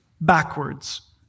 backwards